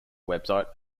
website